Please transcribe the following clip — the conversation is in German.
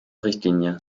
richtlinie